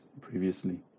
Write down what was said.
previously